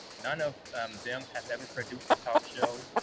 none of them had ever produced a talk show,